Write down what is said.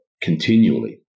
continually